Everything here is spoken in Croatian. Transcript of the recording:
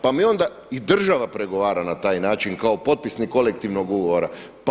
Pa mi onda, i država pregovara na taj način kao potpisnik kolektivnog ugovora.